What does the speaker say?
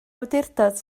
awdurdod